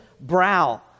brow